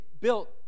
built